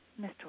Mr